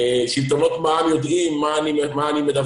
שלטונות מע"מ יודעים על מה אני מדווח,